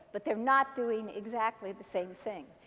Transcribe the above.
but they're not doing exactly the same thing.